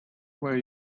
where